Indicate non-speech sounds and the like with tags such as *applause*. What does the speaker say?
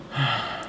*noise*